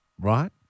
Right